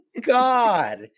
God